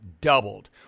doubled